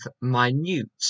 minute